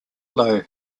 lowe